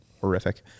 horrific